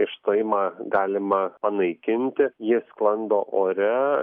išstojimą galima panaikinti ji sklando ore